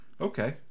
okay